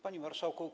Panie Marszałku!